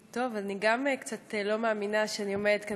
גם אני קצת לא מאמינה שאני עומדת כאן